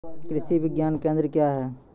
कृषि विज्ञान केंद्र क्या हैं?